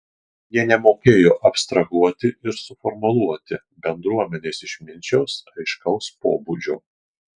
jie nemokėjo abstrahuoti ir suformuluoti bendruomenės išminčiaus aiškaus pobūdžio